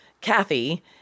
Kathy